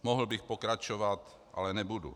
Mohl bych pokračovat, ale nebudu.